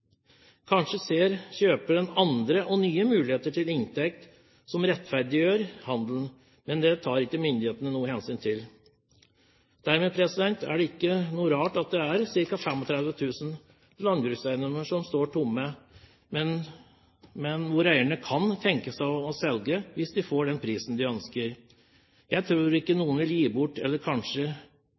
Kanskje ser kjøperen andre og nye muligheter for inntekt som rettferdiggjør handelen, men det tar ikke myndighetene noe hensyn til. Dermed er det ikke noe rart at det er ca. 35 000 landbrukseiendommer som står tomme, men hvor eierne kan tenke seg å selge hvis de får den prisen de ønsker. Jeg tror ikke noen vil selge for en slikk og ingenting det som kanskje